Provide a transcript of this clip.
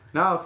Now